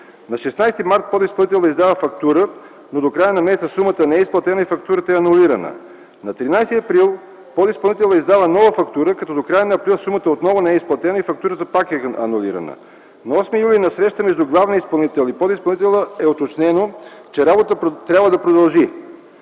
На 16 март 2009 г. подизпълнителят издава фактура, но до края на месеца сумата не е изплатена и фактурата е анулирана. На 13 април 2009 г. подизпълнителят издава нова фактура, като до края на м. април сумата отново не е изплатена и фактурата пак е анулирана. На 8 юли 2009 г. на среща между главния изпълнител и подизпълнителя е уточнено, че работата трябва да продължи.